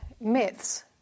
myths